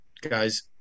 guys